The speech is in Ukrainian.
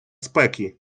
спеки